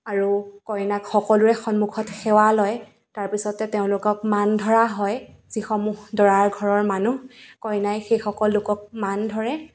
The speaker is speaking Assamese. আৰু কইনাক সকলোৰে সন্মুখত সেৱা লয় তাৰপিছতে তেওঁলোকক মান ধৰা হয় যিসমূহ দৰাৰ ঘৰৰ মানুহ কইনাই সেইসকল লোকক মান ধৰে